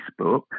Facebook